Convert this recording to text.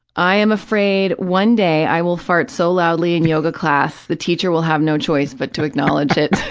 i am afraid one day i will fart so loudly in yoga class the teacher will have no choice but to acknowledge it.